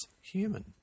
human